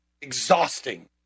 exhausting